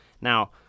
Now